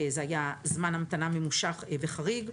זמן המתנה ממושך וחריג.